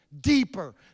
deeper